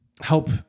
help